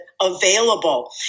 available